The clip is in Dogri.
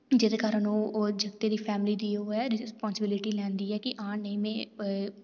जेह्दे कारण ओह् जाकते दी फैमली दी ओह् ऐ रिस्पांसिबिलिटी लैंदी ऐ कि हां नेईं में